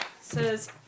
says